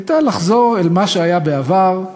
היה לחזור אל מה שהיה בעבר: